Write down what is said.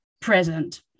present